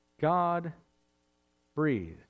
God-breathed